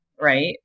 right